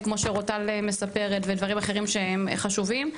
כמו שאורטל מספרת, ודברים אחרים שהם חשובים.